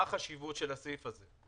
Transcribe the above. מה החשיבות של הסעיף הזה?